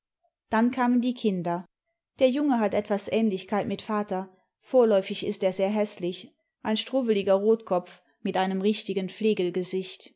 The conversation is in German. dann kamen die kinder der junge hat etwas ähnlichkeit mit vater vorläufig ist er sehr häßlich ein struwweliger rotkopf mit einem richtigen